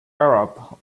arab